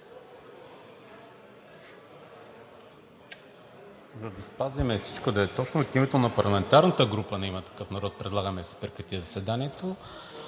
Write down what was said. За да спазим всичко да е точно, от името на парламентарната група на „Има такъв народ“ предлагаме да се прекрати заседанието.